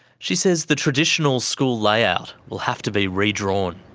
she says the traditional school layout will have to be redrawn.